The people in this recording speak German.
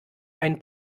einen